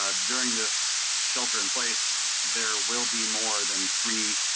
ah during this shelter in place there we'll be more than three.